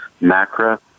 macro